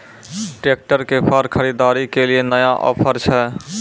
Tractor के फार खरीदारी के लिए नया ऑफर छ?